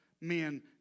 Men